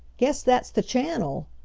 guess that's the channel,